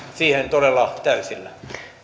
siihen todella täysillä